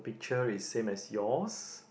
picture is same as yours